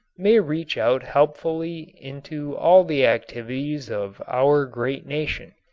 may reach out helpfully into all the activities of our great nation,